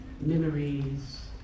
memories